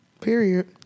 Period